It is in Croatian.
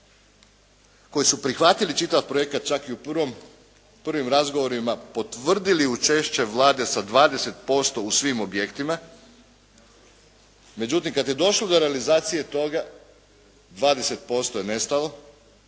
koji su prihvatili čitav projekat čak i u prvim razgovorima potvrdili učešće Vlade sa 20% u svim objektima. Međutim, kad je došlo do realizacije toga 20% je nestalo.